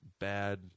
bad